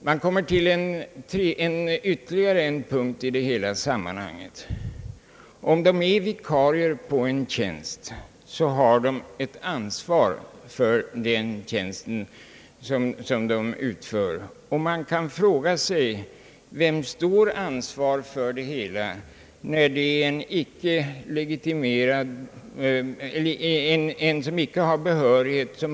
Jag kommer att beröra ytterligare. en punkt :i detta sammanhang. Om dessa elever vikarierar på en tjänst, har de ett: ansvar "för att sköta den tjänsten. Man kan då fråga sig: Vem bär ansvaret för det hela, när en som icke har behörighet som.